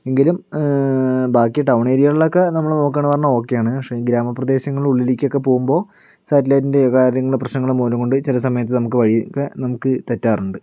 എങ്കിലും ബാക്കി ടൗൺ ഏരിയകളിലൊക്കെ നമ്മള് നോക്കണ് പറഞ്ഞ് കഴിഞ്ഞാൽ ഓക്കെയാണ് പക്ഷെ ഗ്രാമപ്രദേശങ്ങളില് ഉള്ളിലേക്കൊക്കെ പോകുമ്പോൾ സാറ്റലൈറ്റിൻ്റെ കാര്യങ്ങള് പ്രശനങ്ങള് മൂലം കൊണ്ട് ചില സമയത്ത് നമുക്ക് വഴിയൊക്കെ നമുക്ക് തെറ്റാറുണ്ട്